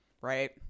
Right